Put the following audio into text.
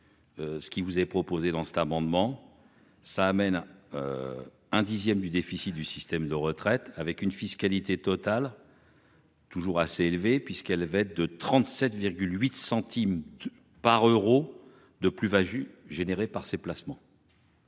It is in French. Ce qui vous est proposé dans cet amendement ça amène. Un dixième du déficit du système de retraites avec une fiscalité totale. Toujours assez élevés puisqu'Helvète de 37 8 centimes par euro de plus va vu générés par ces placements.